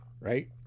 right